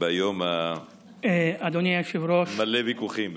ביום המלא ויכוחים.